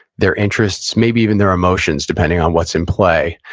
their interests, maybe even their emotions, depending on what's in play.